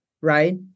right